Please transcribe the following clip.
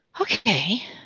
Okay